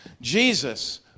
Jesus